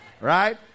Right